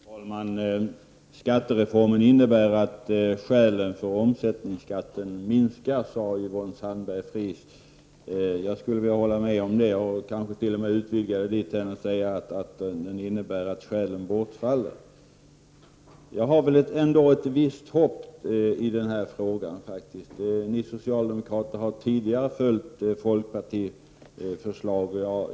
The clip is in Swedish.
Herr talman! Skattereformen innebär att skälen för omsättningsskatten minskar, sade Yvonne Sandberg-Fries. Jag håller med om detta och skulle även kunna utvidga det genom att säga att skattereformen innebär att skälen bortfaller. Ni socialdemokrater har tidigare följt folkpartiets förslag.